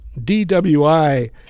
DWI